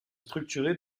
structurée